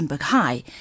High